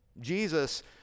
Jesus